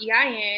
EIN